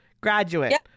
graduate